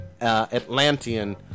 Atlantean